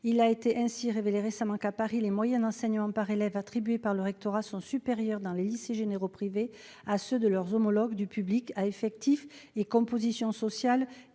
Il a ainsi été récemment révélé qu'à Paris les moyens d'enseignement par élève attribués par le rectorat sont supérieurs dans les lycées généraux privés à ceux de leurs homologues du public, à effectifs et composition sociale